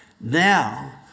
Now